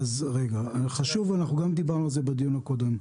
דיברנו על זה בדיון הקודם.